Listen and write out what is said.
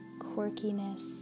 quirkiness